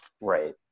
right